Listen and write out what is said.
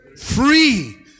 free